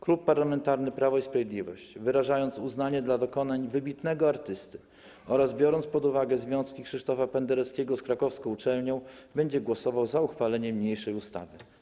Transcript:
Klub Parlamentarny Prawo i Sprawiedliwość, wyrażając uznanie dla dokonań wybitnego artysty oraz biorąc pod uwagę związki Krzysztofa Pendereckiego z krakowską uczelnią, będzie głosował za uchwaleniem niniejszej ustawy.